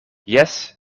jes